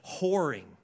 whoring